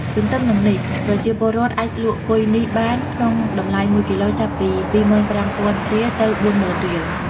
ទន្ទឹមនឹងនេះ ប្រជាពលរដ្ឋអាចលក់គុយនេះបានក្នុងតម្លៃ ១គីឡូ ចាប់ពី ២៥០០០រៀល ទៅ៤០០០០ រៀល។